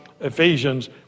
Ephesians